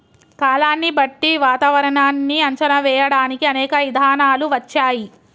కాలాన్ని బట్టి వాతావరనాన్ని అంచనా వేయడానికి అనేక ఇధానాలు వచ్చాయి